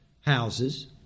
Houses